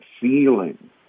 feeling